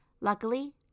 Luckily